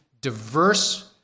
diverse